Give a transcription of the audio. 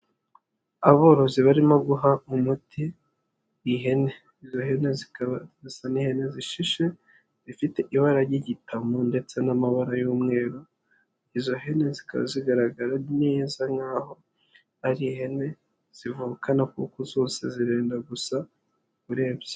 Aborozi barimo guha umuti ihene, izo hene zikaba zisa n'ihene zishishe zifite ibara ry'igitamo ndetse n'amabara y'umweru, izo hene zikaba zigaragara neza nk'aho ari ihene zivukana kuko zose zirenda gusa urebye.